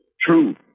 true